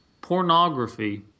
Pornography